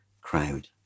crowd